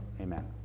amen